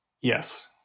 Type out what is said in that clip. Yes